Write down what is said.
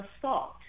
assault